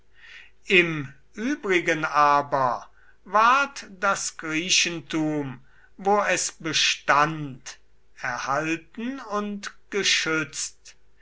im übrigen aber ward das griechentum wo es bestand erhalten und geschützt